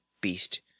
beast